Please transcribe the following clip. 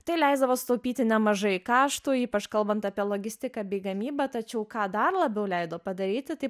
tai leisdavo sutaupyti nemažai kaštų ypač kalbant apie logistiką bei gamybą tačiau ką dar labiau leido padaryti tai